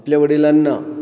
आपल्या वडिलांना